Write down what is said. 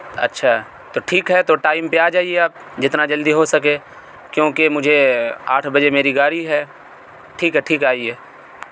اچھا تو ٹھیک ہے تو ٹائم پہ آ جائیے آپ جتنا جلدی ہو سکے کیوں کہ مجھے آٹھ بجے میری گاڑی ہے ٹھیک ٹھیک ہے آئیے